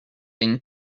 been